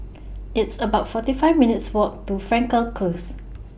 It's about forty five minutes' Walk to Frankel Close